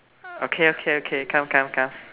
okay okay okay come come come